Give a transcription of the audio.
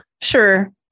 sure